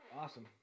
Awesome